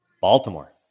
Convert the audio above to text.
Baltimore